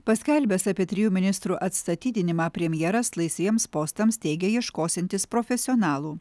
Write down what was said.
paskelbęs apie trijų ministrų atsistatydinimą premjeras laisviems postams teigė ieškosiantis profesionalų